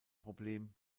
problem